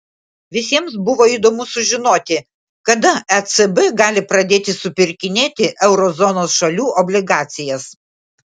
visiems buvo įdomu sužinoti kada ecb gali pradėti supirkinėti euro zonos šalių obligacijas